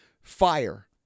fire